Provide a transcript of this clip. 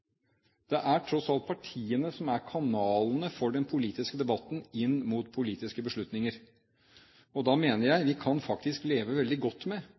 Det er tross alt partiene som er kanalene for den politiske debatten inn mot politiske beslutninger. Da mener jeg at vi faktisk kan leve veldig godt med